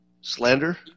Slander